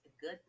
good